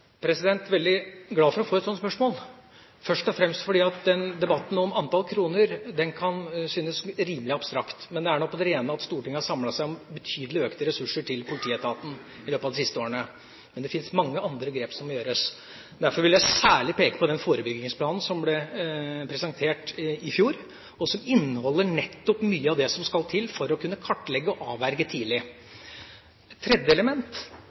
veldig glad for å få et sånt spørsmål, først og fremst fordi debatten om antall kroner kan synes rimelig abstrakt. Men det er nå på det rene at Stortinget har samlet seg om betydelig økte ressurser til politietaten i løpet av de siste årene. Det finnes imidlertid mange andre grep som må gjøres. Derfor vil jeg særlig peke på den forebyggingsplanen som ble presentert i fjor, og som inneholder nettopp mye av det som skal til for å kunne kartlegge og avverge tidlig. Et tredje element,